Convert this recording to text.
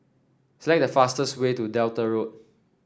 select the fastest way to Delta Road